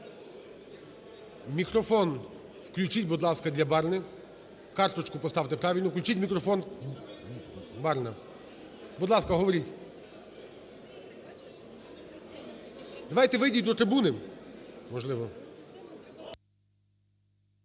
Мікрофон включіть, будь ласка, для Барни.Карточу поставте правильно. Включіть мікрофон Барни. Будь ласка, говоріть. Давайте, вийдіть до трибуни, можливо?